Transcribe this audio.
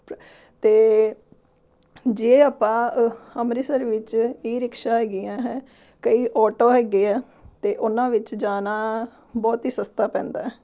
ਪ ਅਤੇ ਜੇ ਆਪਾਂ ਅੰਮ੍ਰਿਤਸਰ ਵਿੱਚ ਈ ਰਿਕਸ਼ਾ ਹੈਗੀਆਂ ਹੈ ਕਈ ਔਟੋ ਹੈਗੇ ਆ ਅਤੇ ਉਹਨਾਂ ਵਿੱਚ ਜਾਣਾ ਬਹੁਤ ਹੀ ਸਸਤਾ ਪੈਂਦਾ